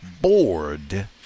bored